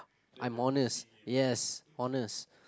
I'm honest yes honest